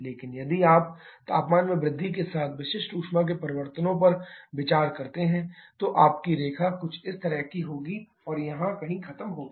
लेकिन यदि आप तापमान में वृद्धि के साथ विशिष्ट ऊष्मा के परिवर्तनों पर विचार करते हैं तो आपकी रेखा कुछ इस तरह की होगी और यहाँ कहीं खत्म होगी